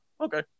okay